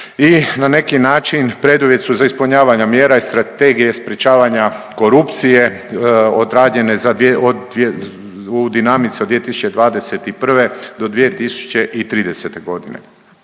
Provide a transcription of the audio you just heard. i na neki način preduvjet su za ispunjavanje mjera iz Strategije sprječavanja korupcije odrađene u dinamici od 2021. do 2030. godine.